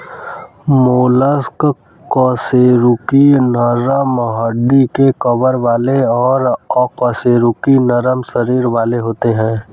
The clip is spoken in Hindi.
मोलस्क कशेरुकी नरम हड्डी के कवर वाले और अकशेरुकी नरम शरीर वाले होते हैं